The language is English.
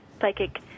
psychic